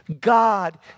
God